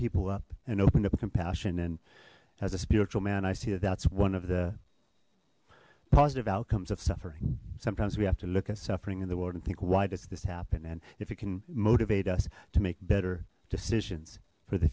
people up and opened up compassion and as a spiritual man i see that's one of the positive outcomes of suffering sometimes we have to look at suffering in the world and think why does this happen and if it can motivate us to make better decisions for the